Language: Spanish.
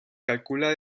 calcula